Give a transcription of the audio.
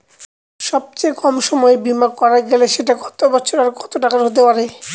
সব থেকে কম সময়ের বীমা করা গেলে সেটা কত বছর আর কত টাকার হতে পারে?